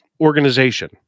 organization